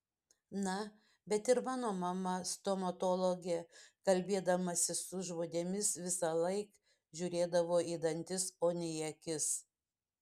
na bet ir mano mama stomatologė kalbėdamasi su žmonėmis visąlaik žiūrėdavo į dantis o ne į akis